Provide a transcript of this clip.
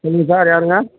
சொல்லுங்கள் சார் யாருங்க